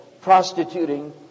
prostituting